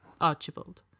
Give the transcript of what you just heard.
Archibald